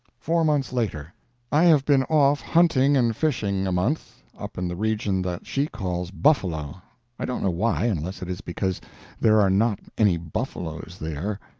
four months later i have been off hunting and fishing a month, up in the region that she calls buffalo i don't know why, unless it is because there are not any buffaloes there.